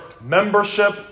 membership